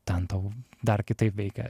ten tau dar kitaip veikia